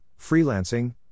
freelancing